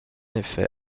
effet